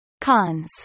Cons